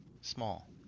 small